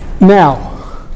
now